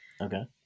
Okay